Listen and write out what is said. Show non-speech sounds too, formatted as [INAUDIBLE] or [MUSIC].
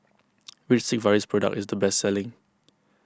[NOISE] which Sigvaris product is the best selling